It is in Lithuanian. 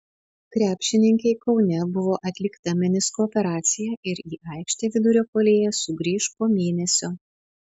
krepšininkei kaune buvo atlikta menisko operacija ir į aikštę vidurio puolėja sugrįš po mėnesio